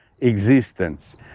existence